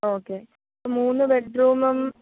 okay മൂന്ന് bed റൂമും